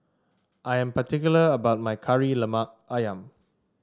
I am particular about my Kari Lemak ayam